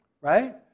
right